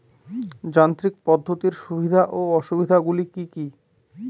যান্ত্রিক পদ্ধতির সুবিধা ও অসুবিধা গুলি কি কি?